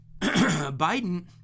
Biden